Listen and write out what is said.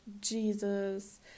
Jesus